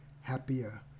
happier